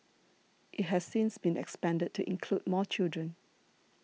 it has since been expanded to include more children